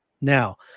now